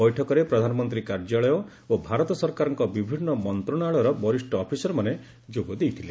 ବୈଠକରେ ପ୍ରଧାନମନ୍ତ୍ରୀ କାର୍ଯ୍ୟାଳୟ ଓ ଭାରତ ସରକାରଙ୍କ ବିଭିନ୍ନ ମନ୍ତ୍ରଣାଳୟର ବରିଷ୍ଠ ଅଫିସରମାନେ ଯୋଗ ଦେଇଥିଲେ